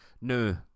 no